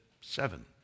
Seven